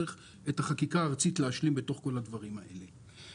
צריך להשלים את החקיקה הארצית בתוך כל הדברים האלה.